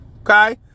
okay